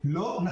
ד"ר רועי סינגר,